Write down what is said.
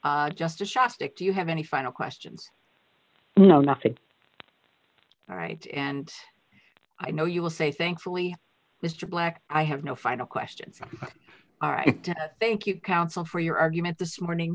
because just a shock stick do you have any final questions you know nothing right and i know you will say thankfully mr black i have no final questions all right thank you counsel for your argument this morning